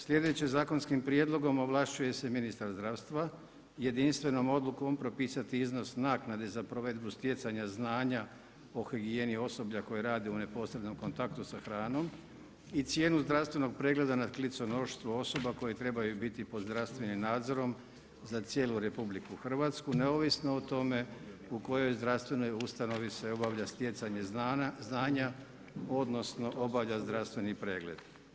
Slijedeće, zakonskim prijedlogom ovlašćuje se ministar zdravstva jedinstvenom odlukom propisati iznos naknade za provedbu stjecanja znanja po higijeni osoblja koje rade u neposrednom kontaktu sa hranom, i cijenu zdravstvenog pregleda nad kliconoštvo osoba koje trebaju biti pod zdravstvenim nadzorom za cijelu RH neovisno o tome u kojoj zdravstvenoj ustanovi se obavlja stjecanje znanja, odnosno obavlja zdravstveni pregled.